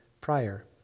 prior